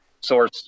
source